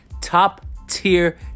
top-tier